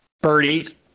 birdies